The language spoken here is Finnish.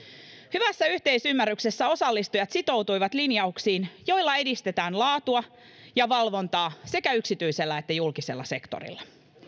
hyvässä yhteisymmärryksessä osallistujat sitoutuivat linjauksiin joilla edistetään laatua ja valvontaa sekä yksityisellä että julkisella sektorilla